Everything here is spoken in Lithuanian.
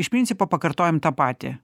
iš principo pakartojam tą patį